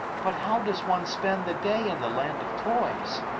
but how does one spend the day in the land of toys?